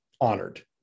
honored